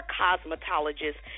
cosmetologist